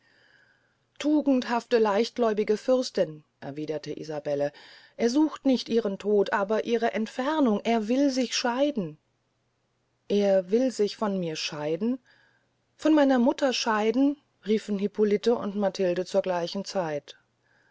tugendhafte leichtgläubige fürstin erwiederte isabelle er sucht nicht ihren tod aber ihre entfernung er will sich scheiden er will sich von mir scheiden von meiner mutter scheiden riefen hippolite und matilde zu gleicher zeit